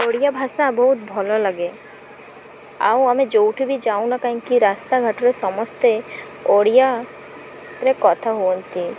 ଓଡ଼ିଆ ଭାଷା ବହୁତ ଭଲ ଲାଗେ ଆଉ ଆମେ ଯେଉଁଠି ବି ଯାଉନା କାହିଁକି ରାସ୍ତାଘାଟରେ ସମସ୍ତେ ଓଡ଼ିଆରେ କଥା ହୁଅନ୍ତି